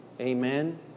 amen